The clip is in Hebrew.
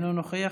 אינו נוכח,